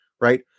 right